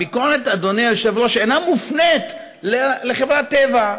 הביקורת, אדוני היושב-ראש, אינה מופנית לחברת טבע,